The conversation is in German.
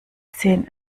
zehn